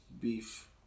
beef